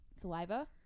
saliva